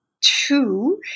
two